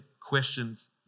questions